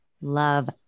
love